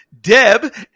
Deb